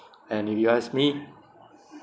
and if you ask me